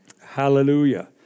Hallelujah